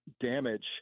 damage